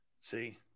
See